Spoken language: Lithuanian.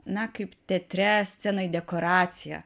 na kaip teatre scenoj dekoracija